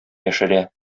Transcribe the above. яшерә